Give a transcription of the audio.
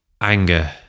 anger